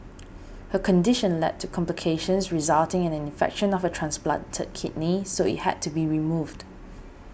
her condition led to complications resulting in an infection of her transplanted kidney so it had to be removed